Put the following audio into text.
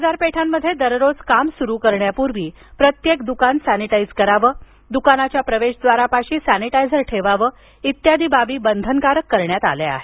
बाजारपेठांमध्ये दररोज काम सुरू करण्यापूर्वी प्रत्येक दुकान सॅनिटाईझ करावं दुकानाच्या प्रवेशद्वारापाशी सॅनिटाईझर ठेवावं इत्यादी बाबी बंधनकारक करण्यात आल्या आहेत